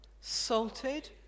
salted